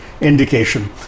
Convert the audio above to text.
indication